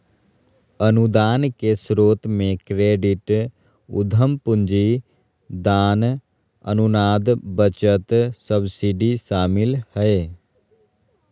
अनुदान के स्रोत मे क्रेडिट, उधम पूंजी, दान, अनुदान, बचत, सब्सिडी शामिल हय